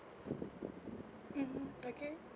mmhmm okay